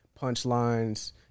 punchlines